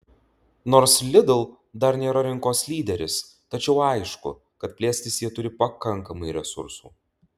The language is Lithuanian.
nors lidl dar nėra rinkos lyderis tačiau aišku kad plėstis jie turi pakankamai resursų